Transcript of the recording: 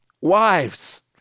wives